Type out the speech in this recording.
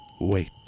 Wait